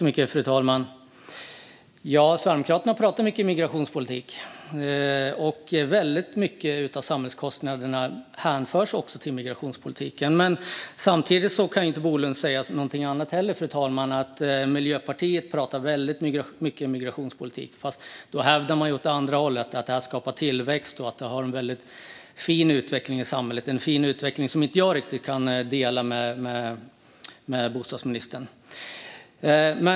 Fru talman! Ja, Sverigedemokraterna pratar mycket om migrationspolitik. Väldigt mycket av samhällskostnaderna hänförs också till migrationspolitiken. Samtidigt kan Bolund inte säga något annat än att Miljöpartiet också pratar mycket om migrationspolitik. Men de hävdar det motsatta: att migration skapar tillväxt och leder till en fin utveckling i samhället. Det är en syn på fin utveckling som jag inte riktigt kan hålla med bostadsministern om.